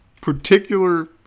particular